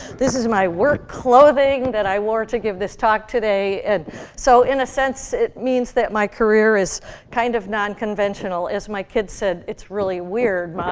this is my work clothing that i wore to give this talk today. and so, in a sense, it means that my career is kind of nonconventional. as my kid said, it's really weird, mom.